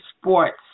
sports